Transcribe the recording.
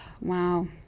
Wow